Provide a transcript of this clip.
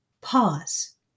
Pause